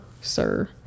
sir